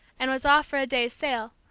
and was off for a day's sail,